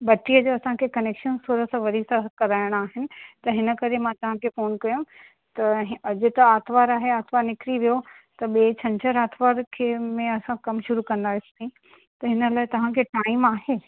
बत्तीअ जो असांखे कनेक्शन थोरोसो वरी सां कराइणा आहिनि त हिन करे मां तव्हांखे फ़ोन कयो त अॼु त आर्तवार आहे आर्तवार निकिरी वियो त ॿिएं छंछर आर्तवार खे में असां कमु शुरू कंदासीं त हिन लाए तव्हांखे टाइम आहे